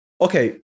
okay